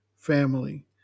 family